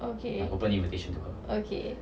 okay okay